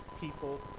people